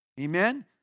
Amen